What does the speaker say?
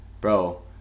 bro